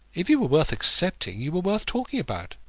if you were worth accepting you were worth talking about.